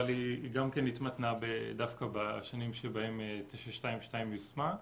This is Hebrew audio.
אבל היא גם כן התמתנה דווקא בשנים שבהן 922 יושמה.